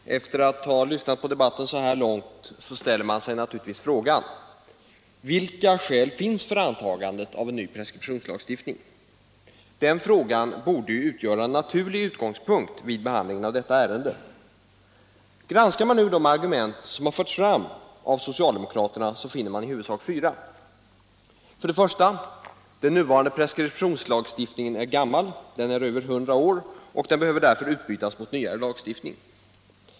Herr talman! Efter att ha lyssnat på debatten så här långt ställer man sig naturligtvis frågan: Vilka skäl finns för antagandet av en ny preskriptionslagstiftning? Den frågan borde utgöra en naturlig utgångspunkt vid behandlingen av detta ärende. Granskar man de argument som har förts fram av socialdemokraterna finner man i huvudsak fyra. För det första: Den nuvarande preskriptionslagstiftningen är gammal, den är över 100 år, och behöver därför utbytas mot en nyare lagstiftning.